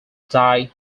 die